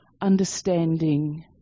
understanding